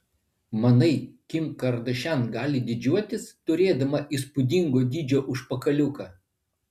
manai kim kardašian gali didžiuotis turėdama įspūdingo dydžio užpakaliuką